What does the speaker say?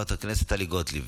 חברת הכנסת טלי גוטליב,